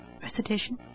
recitation